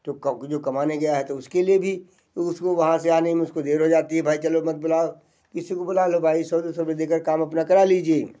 तो जो कमाने गया है तो उसके लिए भी तो उसको वहाँ से आने में उसको देर हो जाती है भाई चलो मत बुलाओ किसी को बुला लो भाई सौ दो सौ रुपए दे कर काम अपना करा लीजिए